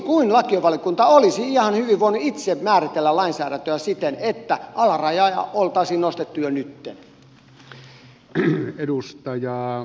tosin lakivaliokunta olisi ihan hyvin voinut itse määritellä lainsäädäntöä siten että alarajaa oltaisiin nostettu jo nytten